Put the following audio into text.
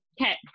okay